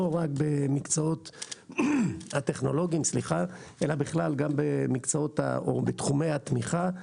רק במקצועות הטכנולוגיים אלא בכלל גם בתחומי התמיכה.